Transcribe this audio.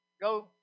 go